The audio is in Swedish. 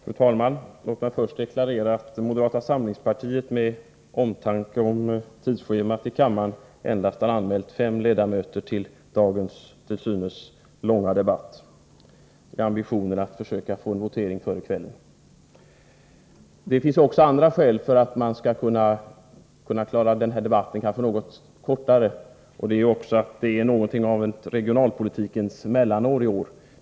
Fru talman! Låt mig först deklarera att moderata samlingspartiet av omtanke om tidsschemat i kammaren endast har anmält fem ledamöter till dagens till synes långa debatt — i ambitionen att försöka få en votering före kvällen. Det finns andra skäl för att man kanske skall kunna klara den här debatten på något kortare tid. Det är något av ett regionalpolitiskt mellanår i år.